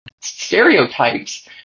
stereotypes